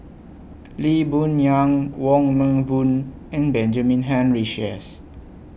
Lee Boon Yang Wong Meng Voon and Benjamin Henry Sheares